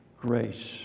grace